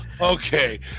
okay